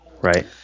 right